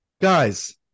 guys